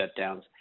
shutdowns